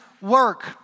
work